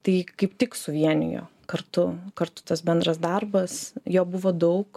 tai kaip tik suvienijo kartu kartu tas bendras darbas jo buvo daug